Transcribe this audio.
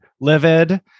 livid